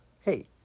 Hey